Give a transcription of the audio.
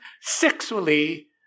sexually